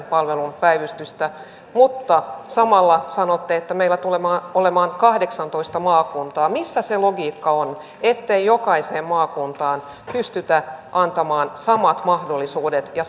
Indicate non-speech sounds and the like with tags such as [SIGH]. [UNINTELLIGIBLE] palvelun päivystystä mutta samalla sanotte että meillä tulee olemaan kahdeksantoista maakuntaa missä se logiikka on ettei jokaiseen maakuntaan pystytä antamaan samoja mahdollisuuksia ja [UNINTELLIGIBLE]